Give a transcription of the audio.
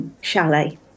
Chalet